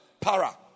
para